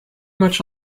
much